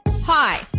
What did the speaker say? Hi